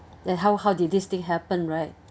then how how did this thing happen right